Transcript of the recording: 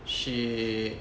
she